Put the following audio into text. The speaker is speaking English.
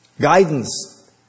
guidance